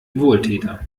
wohltäter